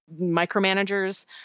micromanagers